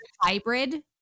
hybrid